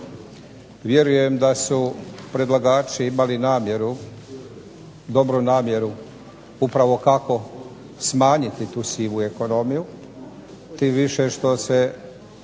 Vjerujem da su predlagači imali dobru namjeru upravo kako smanjiti tu sivu ekonomiju tim više što se